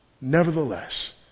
nevertheless